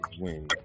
win